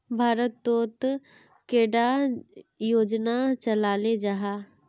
भारत तोत कैडा योजना चलो जाहा?